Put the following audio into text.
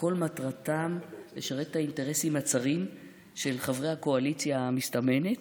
שכל מטרתם היא לשרת את האינטרסים הצרים של חברי הקואליציה המסתמנת,